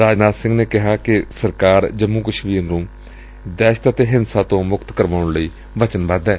ਰਾਜਨਾਥ ਸਿੰਘ ਨੇ ਕਿਹਾ ਕਿ ਸਰਕਾਰ ਜੰਮੂ ਕਸ਼ਮੀਰ ਨੂੰ ਦਹਿਸ਼ਤ ਅਤੇ ਹਿੰਸਾ ਤੋਂ ਮੁਕਤ ਕਰਾਉਣ ਲਈ ਵਚਨਬੱਧ ਏ